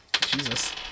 Jesus